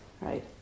right